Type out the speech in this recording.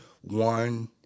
one